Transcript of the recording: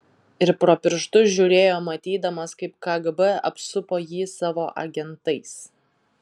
ir pro pirštus žiūrėjo matydamas kaip kgb apsupo jį savo agentais